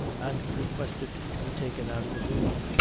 and requested to be taken out of the room.